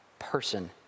person